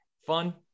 Fun